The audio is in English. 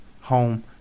home